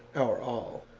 our all.